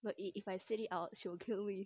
ya if I say it she will kill me